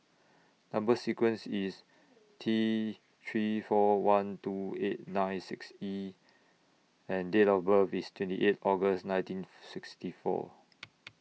Number sequence IS T three four one two eight nine six E and Date of birth IS twenty eight August nineteen sixty four